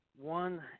One